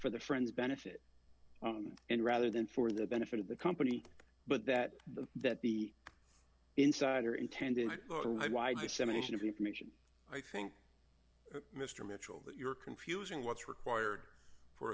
for their friends benefit and rather than for the benefit of the company but that that be insider intending for why dissemination of information i think mr mitchell that you're confusing what's required for